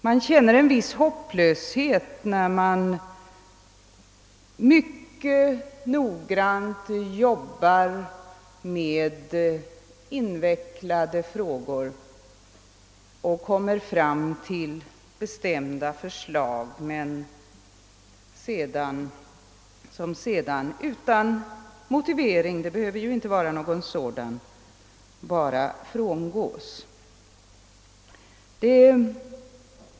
Man känner en viss hopplöshet, när man mycket noggrant arbetar med invecklade frågor och framlägger bestämda förslag, som sedan utan motivering — det behöver ju inte lämnas någon sådan — frångås.